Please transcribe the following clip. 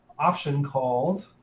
option called